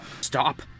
Stop